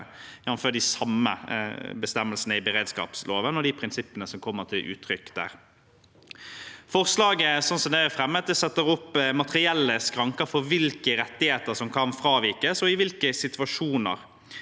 de samme bestemmelsene i beredskapsloven og de prinsippene som kommer til uttrykk der. Forslaget, sånn som det er fremmet, setter opp materielle skranker for hvilke rettigheter som kan fravikes, og i hvilke situasjoner,